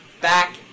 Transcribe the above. back